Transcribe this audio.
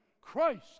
Christ